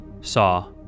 saw